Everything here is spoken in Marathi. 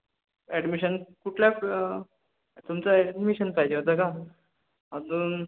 ॲडमिशन कुठल्या तुमचं ॲडमिशन पाहिजे होतं का अजून